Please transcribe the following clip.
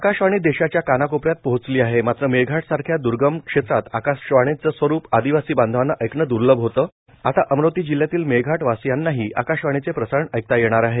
आकाशवाणी देशाच्या कानाकोपऱ्यात पोहोचली आह मात्र मेळघाट सारख्या द्रर्गम क्षेत्रात आकाशवाणीचे स्वरूप आदिवासी बांधवांना ऐकणे दुर्लभ होते परंत् आता अमरावती जिल्ह्यातील मेळघाटवासियांनाही आकाशवाणीचे प्रसारण ऐकता येणार आहे